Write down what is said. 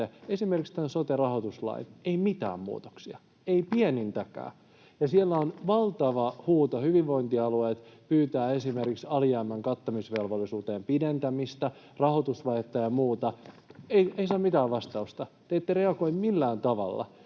esimerkiksi tämän sote-rahoituslain: ei mitään muutoksia, ei pienintäkään, ja siellä on valtava huuto. Hyvinvointialueet pyytävät esimerkiksi alijäämän kattamisvelvollisuuden pidentämistä, rahoitusvajetta ja muuta. Ne eivät saa mitään vastausta. Te ette reagoi millään tavalla,